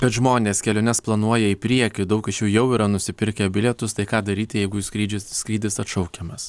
kad žmonės keliones planuoja į priekį daug iš jų jau yra nusipirkę bilietus tai ką daryti jeigu į skrydžius skrydis atšaukiamas